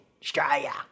Australia